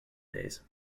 days